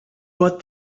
but